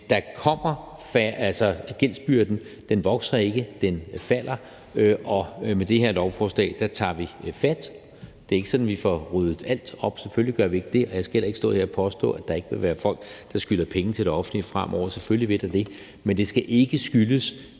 tage tid. Gældsbyrden vokser ikke; den falder, og med det her lovforslag tager vi fat. Det er ikke sådan, at vi får ryddet alt op. Selvfølgelig gør vi ikke det, og jeg skal heller ikke stå her og påstå, at der ikke vil være folk, der skylder penge til det offentlige fremover. Selvfølgelig vil der være det. Men det skal ikke skyldes,